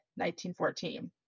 1914